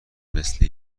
مثه